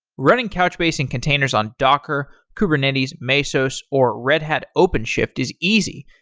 running couchbase in containers on docker, kubernetes, mesos, or red hat openshift is easy.